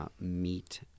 meet